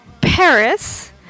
Paris